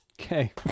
Okay